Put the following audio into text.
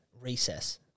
recess